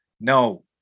no